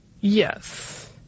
Yes